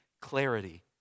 clarity